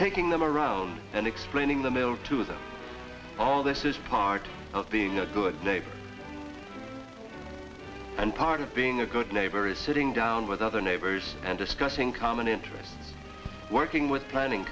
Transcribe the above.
taking them around and explaining the mill to them all this is part of being a good neighbor and part of being a good neighbor is sitting down with other neighbors and discussing common interests working with planning